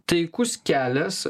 taikus kelias